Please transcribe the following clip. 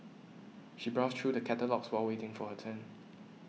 she browsed through the catalogues while waiting for her turn